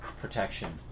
protection